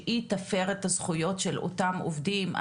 שהיא תפר את הזכויות של אותם עובדים,